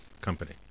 company